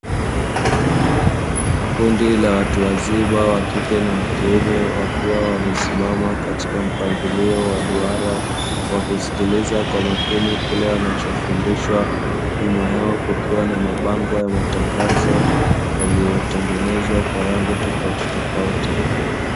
Kundi la watu wazima wa kike na wa kiume, wakiwa wamesimama katika mpangilio wa duara, wakiskiliza kwa makini kile wanachofundishwa; nyuma yao kukiwa na mabango ya matangazo yaliyotengenezwa kwa rangi tofautitofauti.